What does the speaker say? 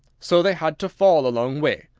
so they had to fall a long way.